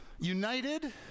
United